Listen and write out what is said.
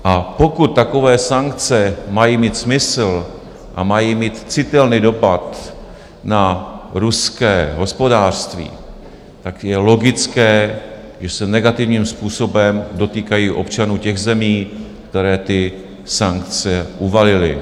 A pokud takové sankce mají mít smysl a mají mít citelný dopad na ruské hospodářství, je logické, že se negativním způsobem dotýkají občanů zemí, které ty sankce uvalily.